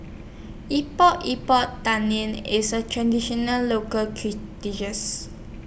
Epok Epok Tan Lian IS A Traditional Local dishes